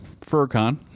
FurCon